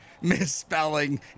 misspelling